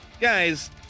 Guys